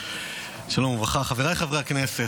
שלום וברכה, חבריי חברי הכנסת,